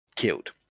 killed